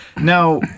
Now